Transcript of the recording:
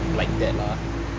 like that ah